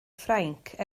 ffrainc